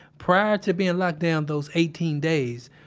prior to being locked down those eighteen days,